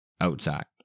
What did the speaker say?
outside